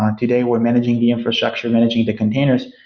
um today we're managing the infrastructure, managing the containers,